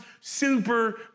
super